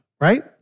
Right